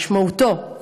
משמעותו,